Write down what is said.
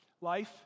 Life